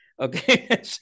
Okay